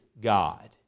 God